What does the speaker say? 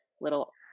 little